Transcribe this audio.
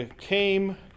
came